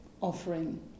offering